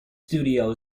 studio